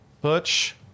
Butch